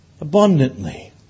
Abundantly